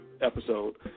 episode